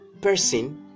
person